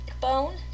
bone